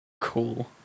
cool